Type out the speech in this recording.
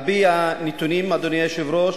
על-פי הנתונים, אדוני היושב-ראש,